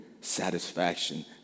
satisfaction